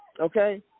okay